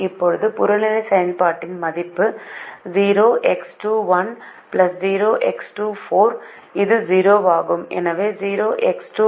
இப்போது புறநிலை செயல்பாட்டின் மதிப்பு இது 0 ஆகும்